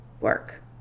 work